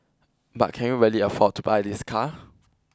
but can you really afford to buy this car